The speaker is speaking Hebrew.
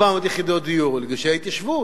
400 יחידות דיור בגושי ההתיישבות.